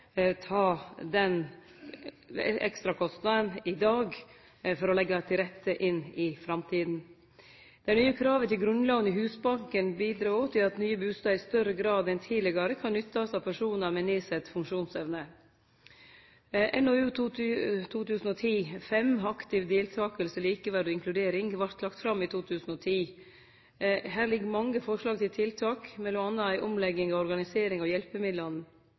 ta den ekstrakostnaden i dag for å leggje til rette for framtida. Dei nye krava til grunnlån i Husbanken bidreg òg til at nye bustader i større grad enn tidlegare kan nyttast av personar med nedsett funksjonsevne. NOU 2010:5, Aktiv deltakelse, likeverd og inkludering, vart lagd fram i 2010. Her ligg mange forslag til tiltak, m.a. ei omlegging av